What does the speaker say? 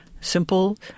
simple